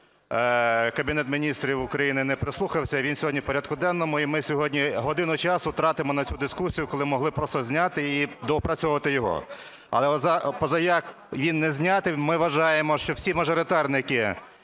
Кабінет Міністрів України не прислухався - і він сьогодні в порядку денному. І ми сьогодні годину часу тратимо на цю дискусію, коли могли просто зняти і доопрацьовувати його. Але позаяк він не знятий, ми вважаємо, що всі мажоритарники,